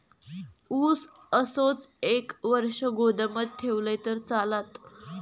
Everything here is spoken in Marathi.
ऊस असोच एक वर्ष गोदामात ठेवलंय तर चालात?